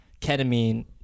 ketamine